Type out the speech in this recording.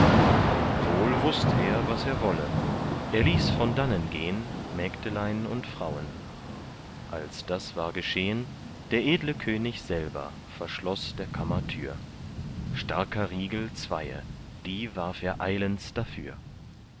wohl wußt er was er wolle er ließ von dannen gehn mägdelein und frauen als das war geschehn der edle könig selber verschloß der kammer tür starker riegel zweie die warf er eilends dafür